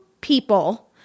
people